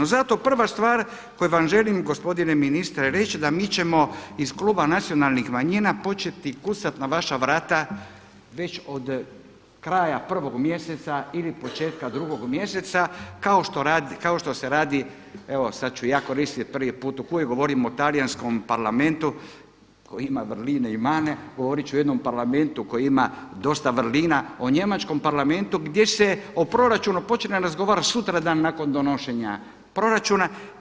Zato prva stvar koju vam želim, gospodine ministre reći, da mi ćemo iz Kluba nacionalnih manjina početi kucati na vaša vrata već od kraja 1. mjeseca ili početka 2. mjeseca kao što se radi, evo sad ću ja koristiti prvi put, govorim o talijanskom parlamentu koji ima vrline i mane, govorit ću o jednom parlamentu koji ima dosta vrlina, o njemačkom parlamentu gdje se o proračunu počinje razgovarati sutradan nakon donošenja proračuna.